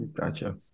Gotcha